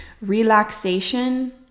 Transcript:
relaxation